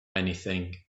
anything